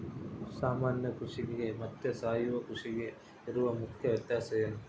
ಸಾಮಾನ್ಯ ಕೃಷಿಗೆ ಮತ್ತೆ ಸಾವಯವ ಕೃಷಿಗೆ ಇರುವ ಮುಖ್ಯ ವ್ಯತ್ಯಾಸ ಏನು?